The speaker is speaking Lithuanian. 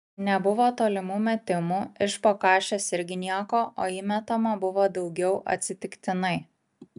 nebuvo tolimų metimų iš po kašės irgi nieko o įmetama buvo daugiau atsitiktinai